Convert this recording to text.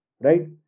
Right